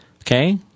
okay